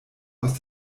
aus